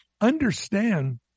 understand